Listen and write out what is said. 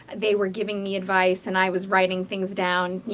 they were giving me advice. and i was writing things down, you